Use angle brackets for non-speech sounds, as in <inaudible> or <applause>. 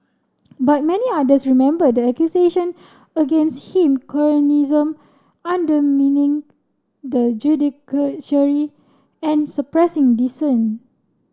but many others remember the accusation against him cronyism undermining the <unintelligible> and suppressing dissent